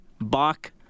Bach